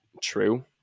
true